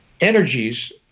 energies